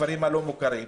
הכפרים הלא מוכרים,